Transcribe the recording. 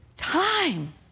Time